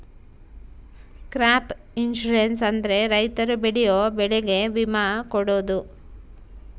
crop insurance ಅಂದ್ರೆ ರೈತರು ಬೆಳೆಯೋ ಬೆಳೆಗೆ ವಿಮೆ ಕೊಡೋದು